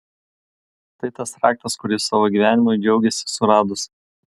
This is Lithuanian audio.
tai tas raktas kurį savo gyvenimui džiaugėsi suradus